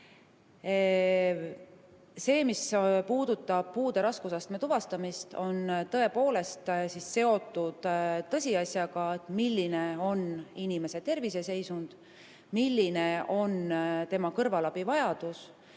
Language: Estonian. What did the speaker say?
See, mis puudutab puude raskusastme tuvastamist, on tõepoolest seotud tõsiasjaga, milline on inimese terviseseisund ja milline on tema kõrvalabivajadus.